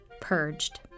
purged